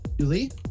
Julie